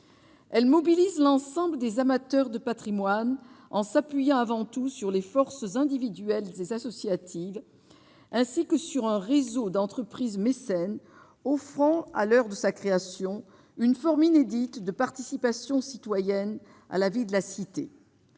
Elle mobilise l'ensemble des amateurs de Patrimoine en s'appuyant avant tout sur les forces individuelles des associative ainsi que sur un réseau d'entre-. Prise mécène, offrant à l'heure de sa création, une forme inédite de participation citoyenne à la vie de la cité